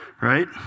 right